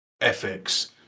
ethics